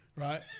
right